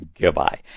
Goodbye